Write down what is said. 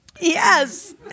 Yes